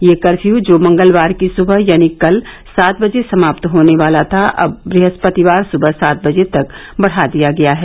यह कफर्यू जो मंगलवार की सुबह यानी कल सात बजे समाप्त होने वाला था अब ब्रहस्पतिवार सुबह सात बजे तक बढ़ा दिया गया है